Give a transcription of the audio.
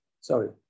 sorry